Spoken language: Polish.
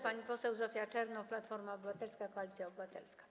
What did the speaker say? Pani poseł Zofia Czernow, Platforma Obywatelska - Koalicja Obywatelska.